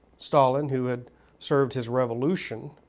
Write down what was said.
stalin, who had served his revolution